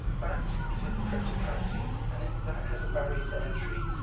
bat is a crypto-currency, and that has a barrier to entry,